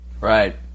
right